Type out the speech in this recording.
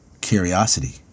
Curiosity